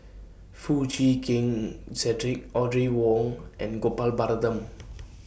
Foo Chee Keng Cedric Audrey Wong and Gopal Baratham